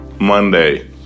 Monday